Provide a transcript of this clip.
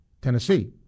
Tennessee